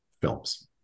films